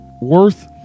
worth